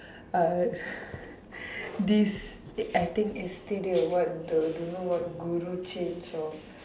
uh this I think yesterday or what the don't know what guru change or